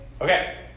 Okay